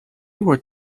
were